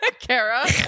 Kara